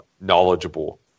knowledgeable